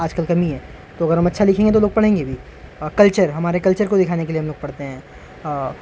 آج کل کمی ہے تو اگر ہم اچھا لکھیں گے تو لوگ پڑھیں گے بھی کلچر ہمارے کلچر کو دکھانے کے لیے ہم لوگ پڑھتے ہیں